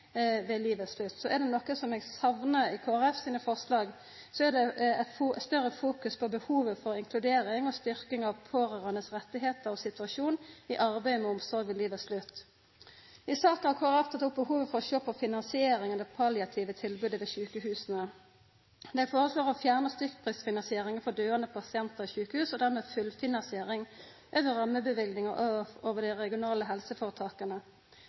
ved livets slutt. Så er det noko som eg saknar i Kristeleg Folkeparti sine forslag, er det større fokus på behovet for inkludering og styrking av pårørande sine rettar og deira situasjon i arbeidet med omsorg ved livets slutt. I saka har Kristeleg Folkeparti teke opp behovet for å sjå på finansieringa av det palliative tilbodet ved sjukehusa. Dei foreslår å fjerna stykkprisfinansieringa for døyande pasientar i sjukehus, og dermed fullfinansiering over rammeløyvingane over dei regionale helseføretaka.